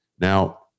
Now